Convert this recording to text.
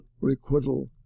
requital